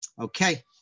Okay